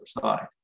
side